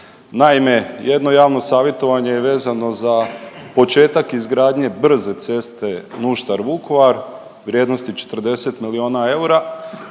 Naime, jedno javno savjetovanje je vezano za početak izgradnje brze ceste Nuštar-Vukovar, vrijednosti 40 milijuna eura,